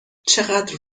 چقدر